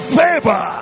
favor